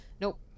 nope